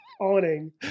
awning